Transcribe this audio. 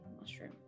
mushroom